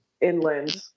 inland